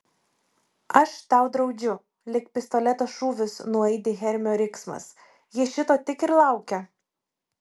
aš tau draudžiu lyg pistoleto šūvis nuaidi hermio riksmas ji šito tik ir laukia